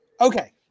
Okay